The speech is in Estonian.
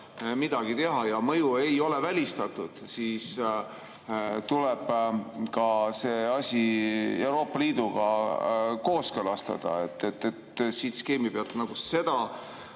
midagi teha ja mõju ei ole välistatud, siis tuleb see asi Euroopa Liiduga kooskõlastada. Siit skeemi pealt seda